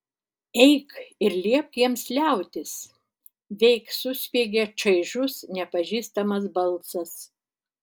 eik ir liepk jiems liautis veik suspiegė čaižus nepažįstamas balsas